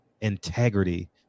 integrity